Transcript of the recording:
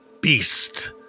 beast